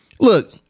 Look